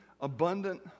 abundant